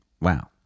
wow